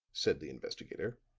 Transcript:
said the investigator,